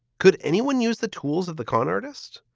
could anyone use the tools of the con artist?